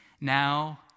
Now